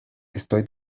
estoy